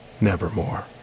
nevermore